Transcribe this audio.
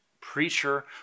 preacher